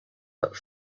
but